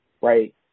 right